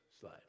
slide